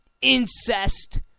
incest